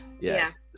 yes